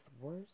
worse